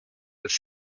with